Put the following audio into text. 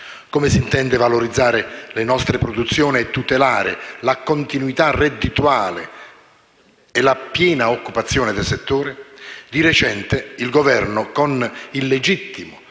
Come s'intendono valorizzare le nostre produzioni e tutelare la continuità reddituale e la piena occupazione del settore? Di recente, il Governo, con il legittimo